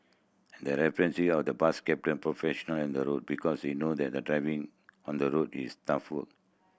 they're respecting of the bus captain professional on the road because they know that the driving on the road is tough work